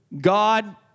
God